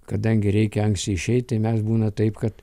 kadangi reikia anksti išeiti tai mes būna taip kad